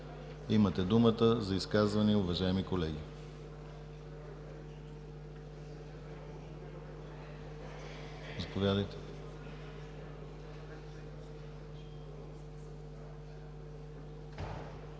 Имате думата за изказвания, уважаеми колеги. Заповядайте.